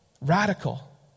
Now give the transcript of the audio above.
Radical